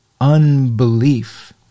unbelief